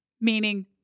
Meaning